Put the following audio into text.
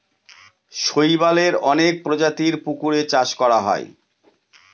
শৈবালের অনেক প্রজাতির পুকুরে চাষ করা হয়